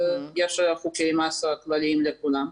יש חוקי מס כלליים לכולם,